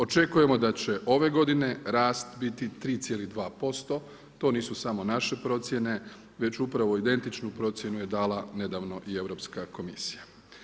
Očekujemo da će ove godine rast biti 3,2%, to nisu samo naše procjene već upravo identičnu procjenu je dala nedavno i Europska komisija.